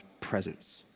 presence